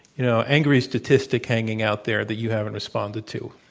you know, angry statistic hanging out there that you haven't responded to.